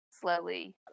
slowly